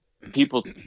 People